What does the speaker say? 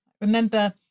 Remember